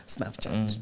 Snapchat